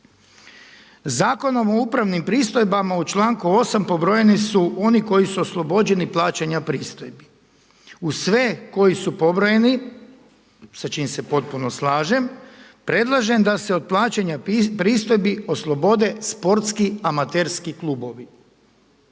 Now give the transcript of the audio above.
Zakonom o upravnim pristojbama u članku 8. pobrojeni su oni koji su oslobođeni plaćanja pristojbi. Uz sve koji su pobrojeni, sa čime se potpuno slažem, predlažem da se od plaćanja pristojbi oslobode sportski amaterski klubovi.